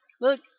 Look